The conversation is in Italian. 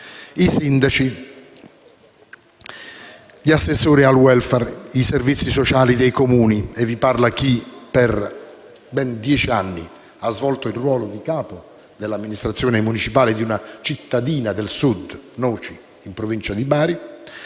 I sindaci, gli assessori al *welfare*, i servizi sociali dei Comuni (e vi parla chi per ben dieci anni ha svolto il ruolo di capo dell'amministrazione municipale di una cittadina del Sud, Noci, in provincia di Bari)